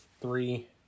Three